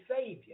Savior